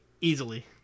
easily